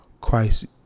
Christ